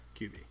QB